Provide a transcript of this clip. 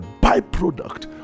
byproduct